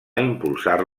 impulsar